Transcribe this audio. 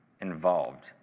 involved